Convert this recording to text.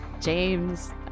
James